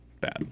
bad